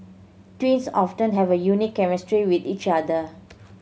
twins often have a unique chemistry with each other